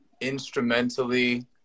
instrumentally